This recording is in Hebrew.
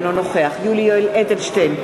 אינו נוכח יולי יואל אדלשטיין,